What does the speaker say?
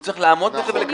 הוא צריך לעמוד בזה.